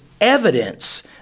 evidence